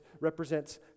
represents